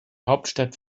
hauptstadt